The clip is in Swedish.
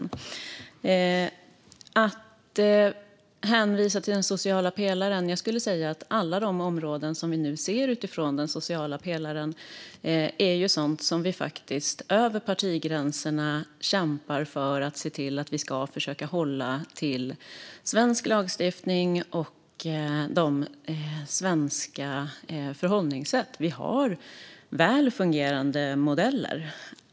När det gäller att hänvisa till den sociala pelaren skulle jag säga att alla de områden som vi nu ser problem med utifrån den sociala pelaren är sådana där vi faktiskt över partigränserna kämpar för att försöka behålla svensk lagstiftning och svenska förhållningssätt. Vi har väl fungerande modeller.